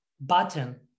button